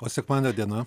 o sekmadienio diena